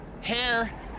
hair